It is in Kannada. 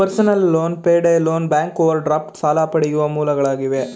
personal loan, pay day loan, bank overdraft ಸಾಲ ಪಡೆಯುವ ಮೂಲಗಳಾಗಿವೆ